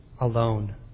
alone